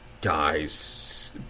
guys